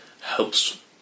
helps